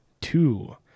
two